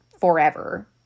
forever